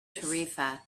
tarifa